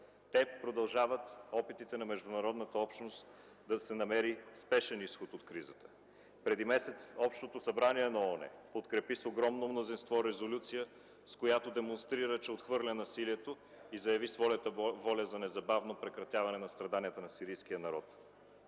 Те продължават опитите на международната общност да се намери спешен изход от кризата. Преди месец Общото събрание на ООН подкрепи с огромно мнозинство резолюция, с която демонстрира, че отхвърля насилието и заяви своята воля за незабавно прекратяване страданията на сирийския народ.